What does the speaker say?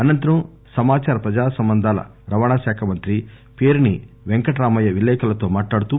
అనంతరం సమాదార ప్రజా సంబంధాల రవాణా శాఖ మంత్రి పేర్సి వెంకటరామయ్య విలేఖర్లతో మాట్లాడుతూ